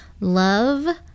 Love